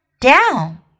down